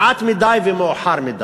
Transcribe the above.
מעט מדי ומאוחר מדי.